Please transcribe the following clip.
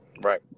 right